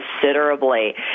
considerably